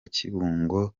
kibungo